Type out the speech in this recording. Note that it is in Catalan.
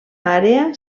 àrea